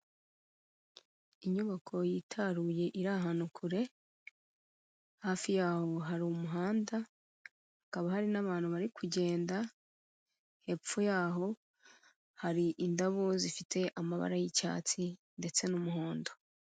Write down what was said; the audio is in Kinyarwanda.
Inyubako yitaruye iri ahantu kure, hafi yaho hari umuhanda, hakaba hari n'abantu bari kugenda, hepfo yaho hari indabo zifite amabara y'icyatsi ndetse n'umuhondo.